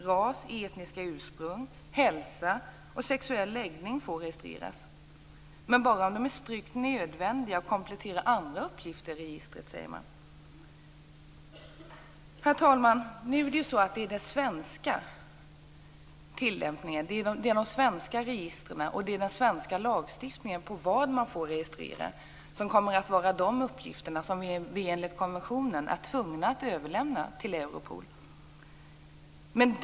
Ras, etniskt ursprung, hälsa och sexuell läggning får också registreras, men bara om uppgifterna är strikt nödvändiga och kompletterar andra uppgifter i registret, säger man. Herr talman! När det gäller svensk tillämpning, svenska register och svensk lagstiftning om vad man får registrera, är det uppgifter vi enligt konventionen är tvungna att överlämna till Europol.